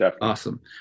Awesome